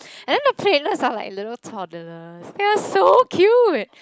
and then the platelets are like little toddlers they are so cute